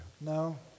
No